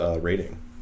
rating